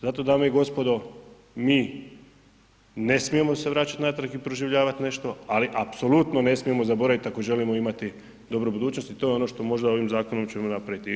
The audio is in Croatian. Zato dame i gospodo, mi ne smijemo se vraćati natrag i proživljavat nešto, ali apsolutno ne smijemo zaboraviti ako želimo imati dobru budućnost i to je ono što ćemo možda ovim zakonom i napraviti.